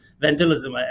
vandalism